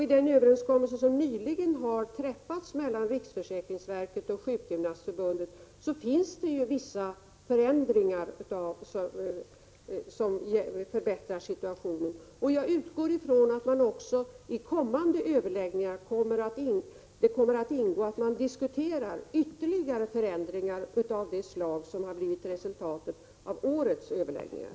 I den överenskommelse som nyligen har träffats mellan riksförsäkringsverket och Sjukgymnastförbundet ingår vissa förändringar som förbättrar situationen. Jag utgår från att man även i kommande överläggningar kommer att diskutera ytterligare förändringar av det slag som har blivit ett resultat av årets överläggningar.